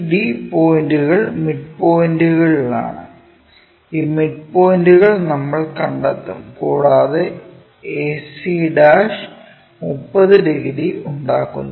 BD പോയിൻറുകൾ മിഡ്പോയിന്റുകളിലാണ് ഈ മിഡ്പോയിന്റുകൾ നമ്മൾ കണ്ടെത്തും കൂടാതെ ac' 30 ഡിഗ്രി ഉണ്ടാക്കുന്നു